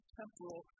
temporal